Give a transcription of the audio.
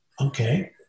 okay